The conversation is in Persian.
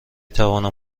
توانم